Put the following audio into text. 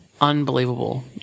Unbelievable